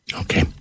Okay